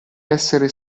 essere